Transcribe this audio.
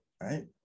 right